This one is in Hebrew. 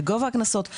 בגובה הקנסות,